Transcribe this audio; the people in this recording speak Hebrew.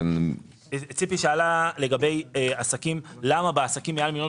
ציפי שאלה למה בעסקים מעל 1.5 מיליון